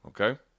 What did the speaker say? Okay